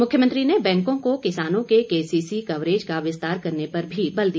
मुख्यमंत्री ने बैंकों को किसानों के केसीसी कवरेज का विस्तार करने पर भी बल दिया